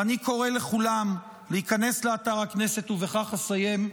ואני קורא לכולם להיכנס לאתר הכנסת, ובכך אסיים,